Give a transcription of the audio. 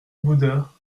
bouddha